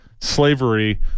slavery